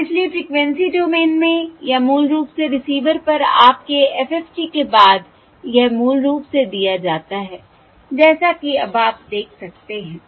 और इसलिए frequency domain में या मूल रूप से रिसीवर पर आपके FFT के बाद यह मूल रूप से दिया जाता है जैसा कि अब आप देख सकते हैं